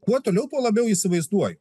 kuo toliau tuo labiau įsivaizduoju